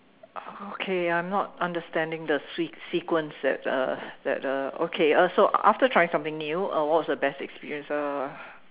okay I'm not understanding the se~ sequence that uh that uh okay uh so after trying something new uh what was the best experience uh